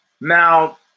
Now